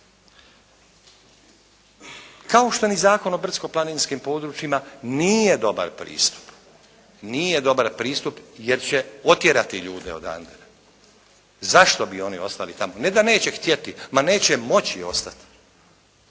Kao što ni Zakon o brdsko-planinskim područjima nije dobar pristup jer će otjerati ljude odande. Zašto bi oni ostali tamo? Ne da neće htjeti. Neće moći ostati.